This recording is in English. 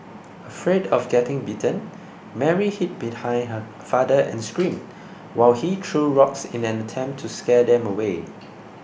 afraid of getting bitten Mary hid behind her father and screamed while he threw rocks in an attempt to scare them away